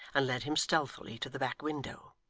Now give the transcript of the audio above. and led him stealthily to the back window.